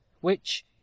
which